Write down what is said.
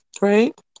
right